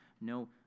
no